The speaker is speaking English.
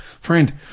Friend